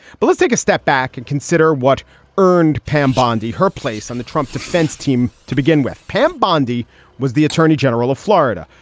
but let's take a step back and consider what earned pam bondi her place on the trump defense team to begin with. pam bondi was the attorney general of florida.